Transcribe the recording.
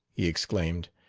he exclaimed,